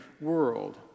world